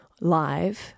live